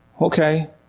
Okay